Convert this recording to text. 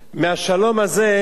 מהשלום הזה,